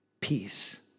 Peace